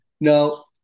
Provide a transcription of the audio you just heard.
Now